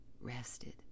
rested